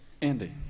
Andy